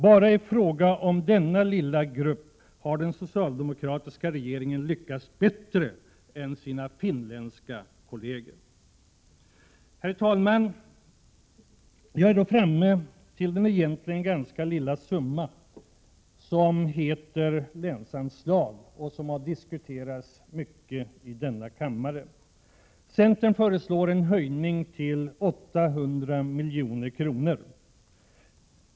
Bara i fråga om denna lilla grupp har den socialdemokratiska regeringen lyckats bättre än sina finländska kolleger. Herr talman! Jag är då framme vid den egentligen ganska lilla summa som heter länsanslag. Det är en fråga som diskuterats mycket i denna kammare. Centern föreslår en höjning till 800 milj.kr.